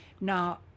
Now